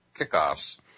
kickoffs